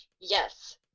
yes